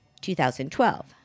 2012